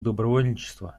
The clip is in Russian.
добровольчества